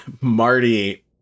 Marty